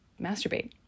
masturbate